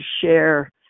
share